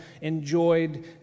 enjoyed